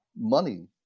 money